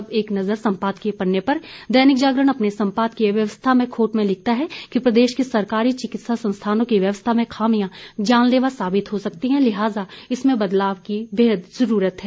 अब एक नज़र सम्पादकीय पन्ने पर दैनिक जागरण अपने सम्पादकीय व्यवस्था में खोट में लिखता है कि प्रदेश के सरकारी चिकित्सा संस्थानों की व्यवस्था में खामियां जानलेवा साबित हो सकती है लिहाजा इसमें बदलाव की बेहद जरूरत है